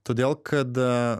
todėl kad